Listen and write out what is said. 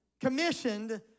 commissioned